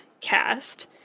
cast